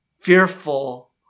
fearful